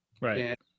right